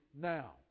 now